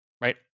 right